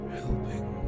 helping